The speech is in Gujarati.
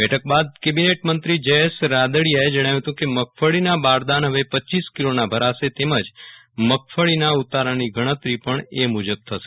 બેઠક બાદ કેબીનેટ મંત્રી જયેસ રાદઢીયાએ જણાવ્યું હતું કે મગફળીના બારદાન હવે રપ કિલોના ભરાશે તેમજ મગફળીના ઉતારાની ગણતરી પણ એ મુજબ થશે